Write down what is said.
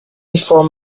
before